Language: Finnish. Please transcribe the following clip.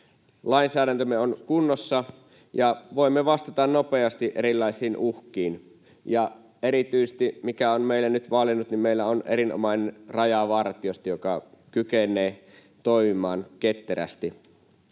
Lainsäädäntömme on kunnossa ja voimme vastata nopeasti erilaisiin uhkiin, ja erityisesti se, mikä on meille nyt valjennut: meillä on erinomainen Rajavartiosto, joka kykenee toimimaan ketterästi.